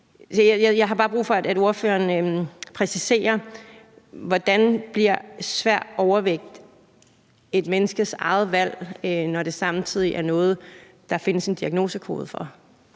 Jeg har bare brug for, at ordføreren præciserer, hvordan svær overvægt bliver et menneskes eget valg, når det samtidig er noget, der findes en diagnosekode for.